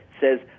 says